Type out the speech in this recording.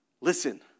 listen